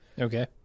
Okay